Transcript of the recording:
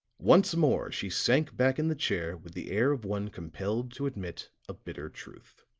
once more she sank back in the chair with the air of one compelled to admit a bitter truth.